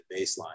baseline